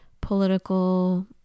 political